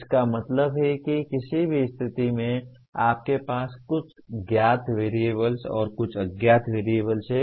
इसका मतलब है कि किसी भी स्थिति में आपके पास कुछ ज्ञात वेरिएबल्स और कुछ अज्ञात वेरिएबल्स हैं